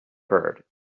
bird